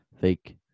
fake